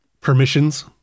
permissions